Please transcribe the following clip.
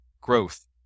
growth